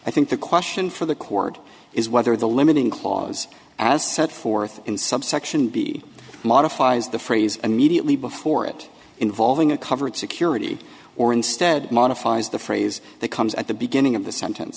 i think the question for the cord is whether the limiting clause as set forth in subsection b modifies the phrase immediately before it involving a covered security or instead modifies the phrase that comes at the beginning of the sentence